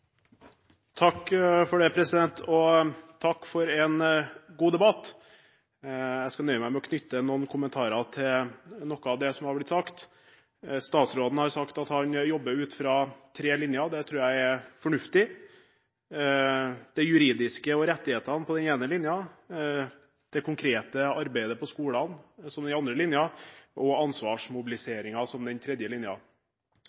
noe av det som har blitt sagt. Statsråden har sagt at han jobber ut fra tre linjer, og det tror jeg er fornuftig: det juridiske og rettighetene som den første linjen, det konkrete arbeidet på skolene som den andre linjen, og ansvarsmobiliseringen som den tredje